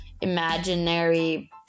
imaginary